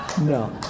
No